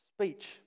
Speech